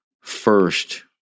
first